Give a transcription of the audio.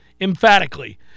emphatically